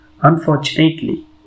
Unfortunately